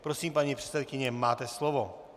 Prosím, paní předsedkyně, máte slovo.